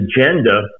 agenda